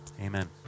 Amen